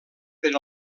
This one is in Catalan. per